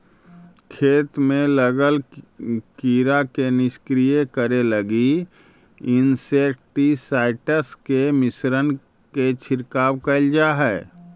खेत में लगल कीड़ा के निष्क्रिय करे लगी इंसेक्टिसाइट्स् के मिश्रण के छिड़काव कैल जा हई